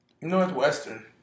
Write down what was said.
Northwestern